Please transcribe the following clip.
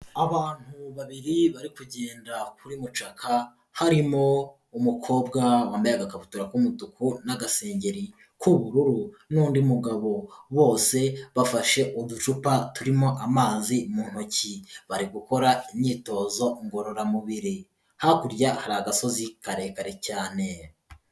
Abantu babiri bari kugenda kuri mucaka, harimo umukobwa wambaye agakabutura k'umutuku n'agasengeri k'ubururu n'undi mugabo bose bafashe uducupa turimo amazi mu ntoki. Bari gukora imyitozo ngororamubiri. Hakurya hari agasozi karekare cyane.